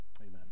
amen